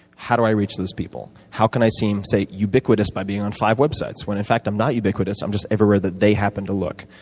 how do i reach those people? how can i seem ubiquitous by being on five websites? when, in fact, i'm not ubiquitous, i'm just everywhere that they happen to look.